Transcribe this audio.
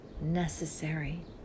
necessary